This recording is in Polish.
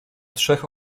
trzech